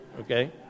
Okay